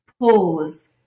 Pause